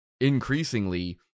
increasingly